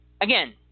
Again